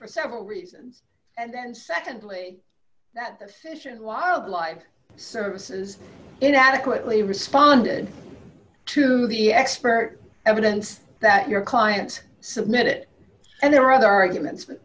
for several reasons and then secondly that the fish and wildlife service is it adequately responded to the expert evidence that your client submit it and there were other arguments but